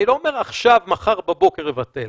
אני לא אומר: מחר בבוקר לבטל.